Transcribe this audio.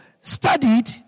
studied